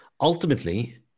ultimately